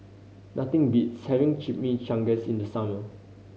nothing beats having Chimichangas in the summer